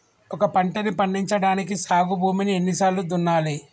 ఒక పంటని పండించడానికి సాగు భూమిని ఎన్ని సార్లు దున్నాలి?